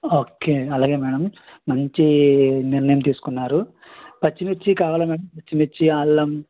okay అలాగే madam మంచి నిర్ణయం తీసుకున్నారు పచ్చిమిర్చి కావాలా మేడం పచ్చిమిర్చి అల్లం